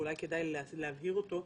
ואולי כדאי להבהיר אותו,